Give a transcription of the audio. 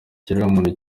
ikiremwamuntu